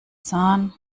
zahn